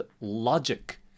logic